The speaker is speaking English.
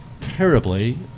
terribly